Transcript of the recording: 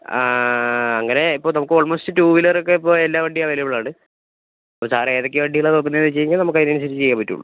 അങ്ങനെ ഇപ്പോൾ നമുക്ക് ഓൾമോസ്റ്റ് ടൂ വീലർ ഒക്കെ ഇപ്പോൾ എല്ലാ വണ്ടിയും അവൈലബിൾ ആണ് അപ്പോൾ സാർ ഏതൊക്കെ വണ്ടികളാണ് നോക്കുന്നത് എന്ന് വെച്ചുകഴിഞ്ഞാൽ നമുക്ക് അതിനനുസരിച്ച് ചെയ്യാൻ പറ്റും